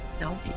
no